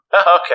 Okay